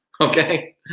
okay